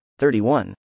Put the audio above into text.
31